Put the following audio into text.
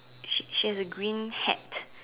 she she has a green hat